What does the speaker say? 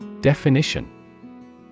Definition